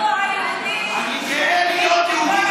אני גאה להיות יהודי מחמד,